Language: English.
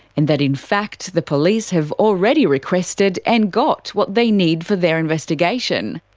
and that in fact the police have already requested and got what they need for their investigation.